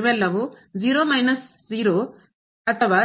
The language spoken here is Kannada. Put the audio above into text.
ಇವೆಲ್ಲವೂ ಅಥವಾ